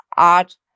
Art